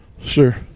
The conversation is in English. Sure